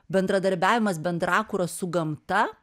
bendradarbiavimas bendrakūra su gamta